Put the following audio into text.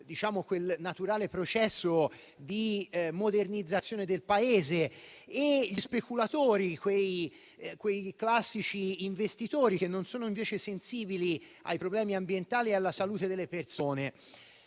avvenga il naturale processo di modernizzazione del Paese, e gli speculatori, quei classici investitori che non sono invece sensibili ai problemi ambientali e alla salute delle persone.